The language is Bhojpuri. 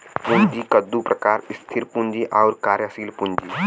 पूँजी क दू प्रकार स्थिर पूँजी आउर कार्यशील पूँजी